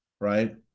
right